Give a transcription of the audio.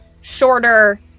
shorter